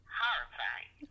horrifying